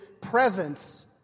presence